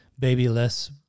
babyless